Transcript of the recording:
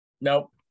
Nope